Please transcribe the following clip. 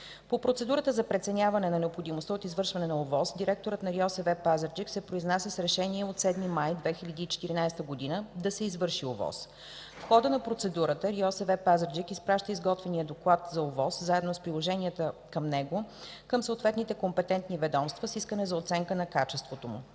По процедурата за преценяване на необходимостта от извършване на ОВОС директорът на РИОСВ – Пазарджик, се произнася с Решение от 7 май 2014 г. „да се извърши ОВОС”. В хода на процедурата РИОСВ – Пазарджик, изпраща изготвения Доклад за ОВОС, заедно с приложенията към него на съответните компетентни ведомства, с искане за оценка на качеството му.